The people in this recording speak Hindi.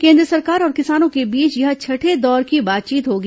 केन्द्र सरकार और किसानों के बीच यह छठे दौर की बातचीत होगी